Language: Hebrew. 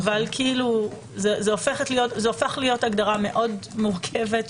ההגדרה הופכת להיות מורכבת,